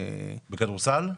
בכדורגל.